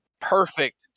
Perfect